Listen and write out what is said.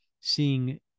seeing